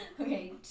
Okay